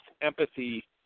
empathy